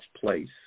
place